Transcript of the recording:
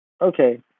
Okay